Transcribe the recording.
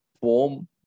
form